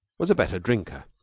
was a better drinker.